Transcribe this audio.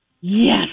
Yes